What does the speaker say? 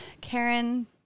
Karen